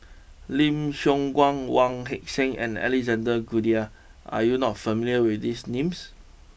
Lim Siong Guan Wong Heck sing and Alexander Guthrie are you not familiar with these names